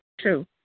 True